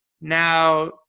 now